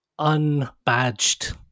unbadged